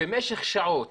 במשך שעות